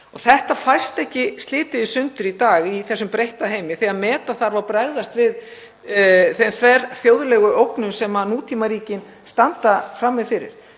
Þetta fæst ekki slitið í sundur í dag í þessum breytta heimi þegar meta þarf og bregðast við þeim þverþjóðlegu ógnum sem nútímaríki standa frammi fyrir.